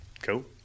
Cool